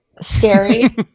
Scary